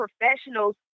professionals